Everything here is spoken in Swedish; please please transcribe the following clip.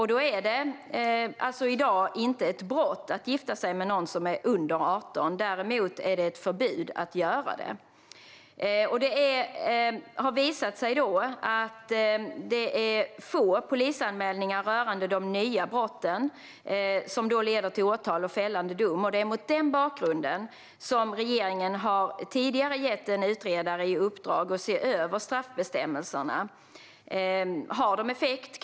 I dag är det alltså inte ett brott att gifta sig med någon som är under 18, men däremot är det förbjudet att göra det. Det har visat sig att det är få polisanmälningar rörande de nya brotten som leder till åtal och fällande dom, och det är mot den bakgrunden som regeringen tidigare har gett en utredare i uppdrag att se över straffbestämmelserna. Har de effekt?